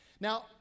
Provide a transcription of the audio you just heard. Now